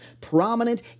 prominent